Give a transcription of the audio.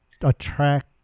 attract